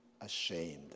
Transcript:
ashamed